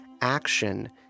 Action